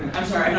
i'm sorry.